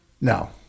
No